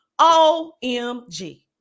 omg